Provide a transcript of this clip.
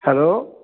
hello